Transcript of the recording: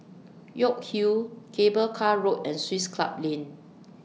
York Hill Cable Car Road and Swiss Club Lane